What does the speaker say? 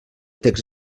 text